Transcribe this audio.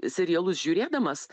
serialus žiūrėdamas